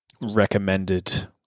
recommended